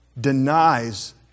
denies